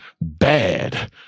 bad